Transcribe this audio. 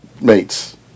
mates